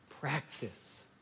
practice